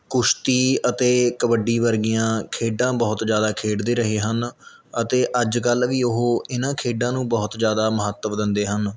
ਕੁਸ਼ਤੀ ਅਤੇ ਕਬੱਡੀ ਵਰਗੀਆਂ ਖੇਡਾਂ ਬਹੁਤ ਜ਼ਿਆਦਾ ਖੇਡਦੇ ਰਹੇ ਹਨ ਅਤੇ ਅੱਜ ਕੱਲ੍ਹ ਵੀ ਉਹ ਇਹਨਾਂ ਖੇਡਾਂ ਨੂੰ ਬਹੁਤ ਜ਼ਿਆਦਾ ਮਹੱਤਵ ਦਿੰਦੇ ਹਨ